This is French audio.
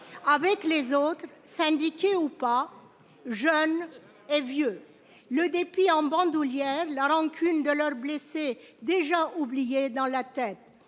avec les autres. Syndiqués ou pas, jeunes et vieux, le dépit en bandoulière. La rancune de leurs blessés déjà oublié dans la tête